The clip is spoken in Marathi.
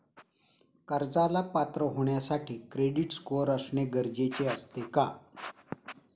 कर्जाला पात्र होण्यासाठी क्रेडिट स्कोअर असणे गरजेचे असते का?